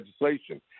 legislation